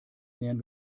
nähern